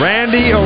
Randy